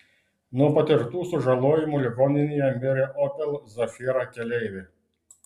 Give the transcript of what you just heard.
nuo patirtų sužalojimų ligoninėje mirė opel zafira keleivė